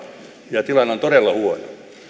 ja tilanne on todella huono